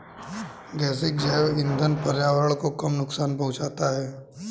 गेसिंग जैव इंधन पर्यावरण को कम नुकसान पहुंचाता है